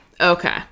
Okay